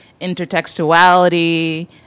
intertextuality